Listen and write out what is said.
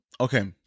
okay